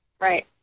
right